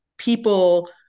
People